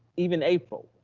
even april,